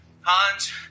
Hans